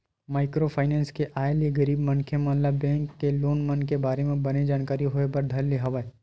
micro finance के आय ले गरीब मनखे मन ल बेंक के लोन मन के बारे म बने जानकारी होय बर धर ले हवय